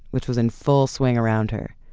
which was in full swing around her.